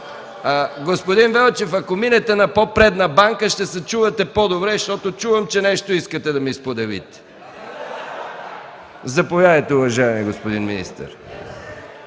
Господин Велчев, ако минете на по-предна банка, ще се чувате по-добре, защото разбирам, че нещо искате да ми споделите. (Смях от КБ и ДПС.) Заповядайте, уважаеми господин министър.